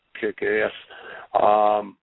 kick-ass